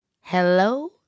hello